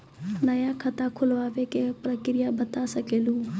नया खाता खुलवाए के प्रक्रिया बता सके लू?